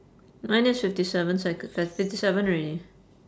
minus fifty seven second~ fifty seven already